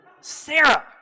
Sarah